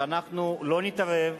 שאנחנו לא נתערב,